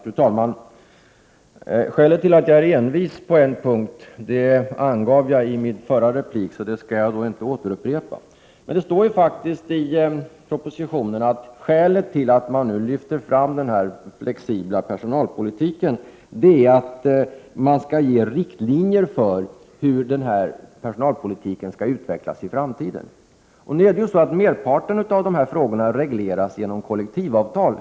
Fru talman! Anledningen till att jag är envis på en punkt angav jag i min förra replik, så detta skall jag inte upprepa. Men det står faktiskt i propositionen att skälet till att man nu lyfter fram den flexibla personalpolitiken är att man skall ge riktlinjer för hur denna skall utvecklas i framtiden. Merparten av de här frågorna, Helge Hagberg, regleras ju genom kollektivavtal.